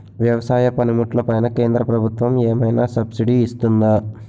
వ్యవసాయ పనిముట్లు పైన కేంద్రప్రభుత్వం ఏమైనా సబ్సిడీ ఇస్తుందా?